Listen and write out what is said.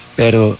pero